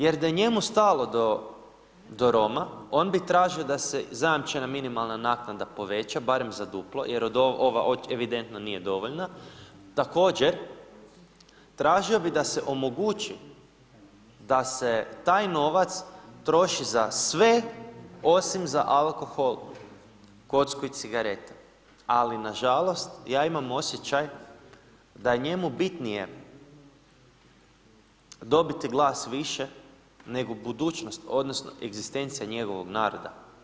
Jer da je njemu stalo do Roma on bi tražio da se zajamčena minimalna naknada poveća, barem za duplo, jer ova evidentno nije dovoljna, također tražio bi da se omogući da se taj novac troši za sve osim za alkohol, kocku i cigarete, ali nažalost ja imam osjećaj da je njemu bitnije dobiti glas više nego budućnost odnosno egzistencija njegovog naroda.